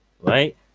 Right